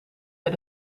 met